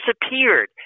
disappeared